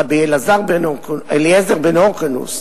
רבי אליעזר בן הורקנוס,